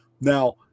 Now